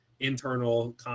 internal